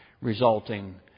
resulting